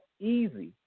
easy